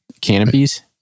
canopies